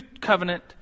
covenant